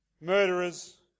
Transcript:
Murderers